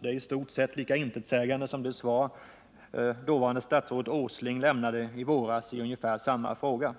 Det är i stort sett lika intetsägande som det svar dåvarande statsrådet Åsling lämnade i våras i ungefär samma fråga.